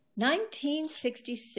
1966